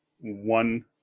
one